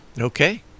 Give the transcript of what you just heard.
Okay